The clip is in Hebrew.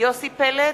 יוסי פלד,